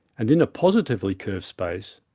and in a positively curved space,